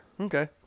Okay